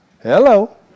Hello